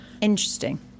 Interesting